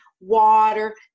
water